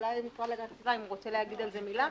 אולי המשרד להגנת הסביבה רוצה להגיד על זה מילה?